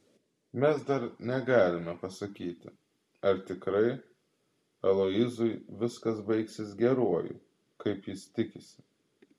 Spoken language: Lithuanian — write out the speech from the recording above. mes dar negalime pasakyti ar tikrai aloyzui viskas baigsis geruoju kaip jis tikisi